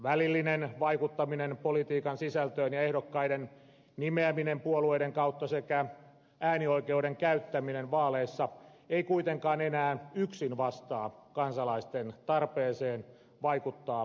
välillinen vaikuttaminen politiikan sisältöön ja ehdokkaiden nimeäminen puolueiden kautta sekä äänioikeuden käyttäminen vaaleissa eivät kuitenkaan enää yksin vastaa kansalaisten tarpeeseen vaikuttaa yhteiskunnallisiin asioihin